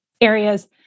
areas